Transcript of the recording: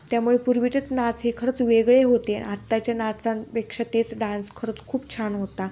त्यामुळे पूर्वीचेच नाच हे खरंच वेगळे होते आत्ताच्या नाचांपेक्षा तेच डान्स खरंच खूप छान होता